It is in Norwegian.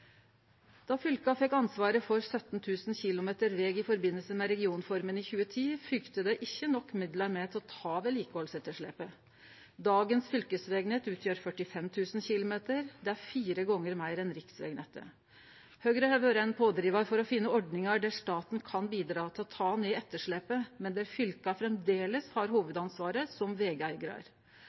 Då fylka fekk ansvaret for 17 000 kilometer veg i forbindelse med regionreforma i 2010, følgde det ikkje med nok midlar til å ta vedlikehaldsetterslepet. Dagens fylkesvegnett utgjer 45 000 kilometer. Det er fire gonger meir enn riksvegnettet. Høgre har vore ein pådrivar for å finne ordningar der staten kan bidra til å ta ned etterslepet, men der fylka framleis har hovudansvaret som vegeigarar.